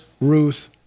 Ruth